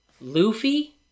Luffy